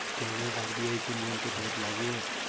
क्या यह आर.बी.आई के नियम के तहत लागू है?